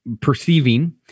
perceiving